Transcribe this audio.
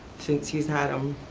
since he's had em,